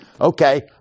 okay